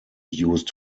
used